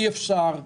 אי אפשר לעצור.